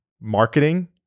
marketing